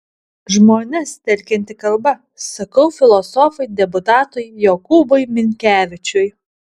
žmones telkianti kalba sakau filosofui deputatui jokūbui minkevičiui